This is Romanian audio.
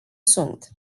sunt